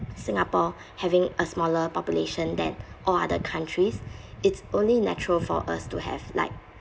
singapore having a smaller population than all other countries it's only natural for us to have like